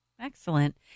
Excellent